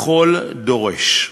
לכל דורש.